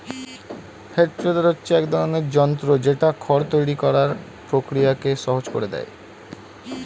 হে ট্রেডার হচ্ছে এক ধরণের যন্ত্র যেটা খড় তৈরী করার প্রক্রিয়াকে সহজ করে দেয়